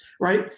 right